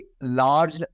large